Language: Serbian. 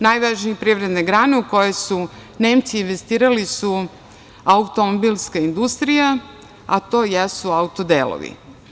Najvažnija privredna grana u koju su Nemci investirali je automobilska industrija, a to jesu auto-delovi.